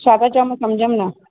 छा था चयो मां समुझयमि न